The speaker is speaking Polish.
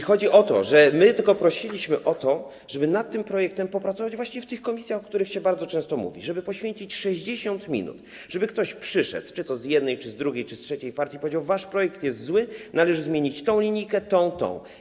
Chodzi o to, że prosiliśmy tylko o to, żeby nad tym projektem popracować w tych komisjach, o których bardzo często się mówi, żeby poświęcić 60 minut, żeby ktoś przyszedł, czy to z jednej, czy z drugiej, czy z trzeciej partii, powiedział: wasz projekt jest zły, należy zmienić tę linijkę i tę.